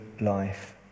life